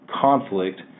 conflict